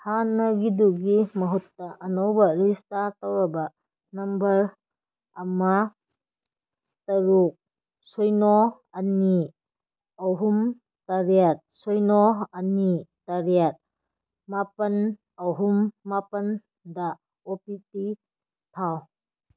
ꯍꯥꯟꯅꯒꯤꯗꯨꯒꯤ ꯃꯍꯨꯠꯇ ꯑꯅꯧꯕ ꯔꯤꯁꯇꯥꯔ ꯇꯧꯔꯕ ꯅꯝꯕꯔ ꯑꯃ ꯇꯔꯨꯛ ꯁꯤꯅꯣ ꯑꯅꯤ ꯑꯍꯨꯝ ꯇꯔꯦꯠ ꯁꯤꯅꯣ ꯑꯅꯤ ꯇꯔꯦꯠ ꯃꯥꯄꯜ ꯑꯍꯨꯝ ꯃꯥꯄꯜꯗ ꯑꯣ ꯇꯤ ꯄꯤ ꯊꯥꯎ